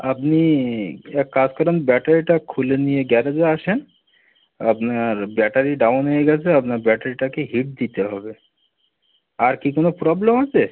আপনি এক কাজ করুন ব্যাটারিটা খুলে নিয়ে গ্যারেজে আসেন আপনার ব্যাটারি ডাউন হয়ে গেছে আপনার ব্যাটারিটাকে হিট দিতে হবে আর কি কোনো প্রবলেম আছে